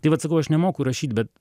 tai vat sakau aš nemoku rašyt bet